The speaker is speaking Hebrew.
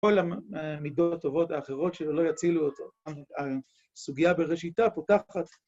‫כל המידות הטובות האחרות ‫שלא יצילו אותו. הסוגיה בראשיתה....